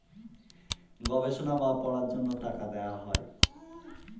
গবেষণা বা পড়ার জন্য টাকা দেওয়া হয়